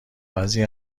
بعضی